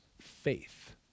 faith